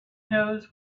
knows